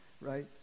right